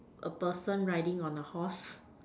a person riding on a horse